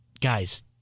guys